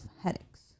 headaches